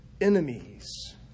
enemies